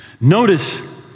Notice